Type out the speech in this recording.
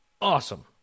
Awesome